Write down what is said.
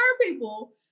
people